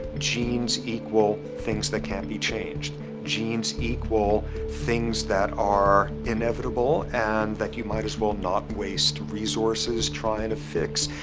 genes equal things that can't be changed. genes equal things that are inevitable and that you might as well not waste resources trying to fix,